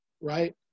right